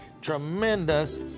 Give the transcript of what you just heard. tremendous